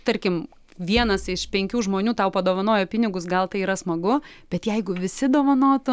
tarkim vienas iš penkių žmonių tau padovanojo pinigus gal tai yra smagu bet jeigu visi dovanotų